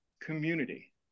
community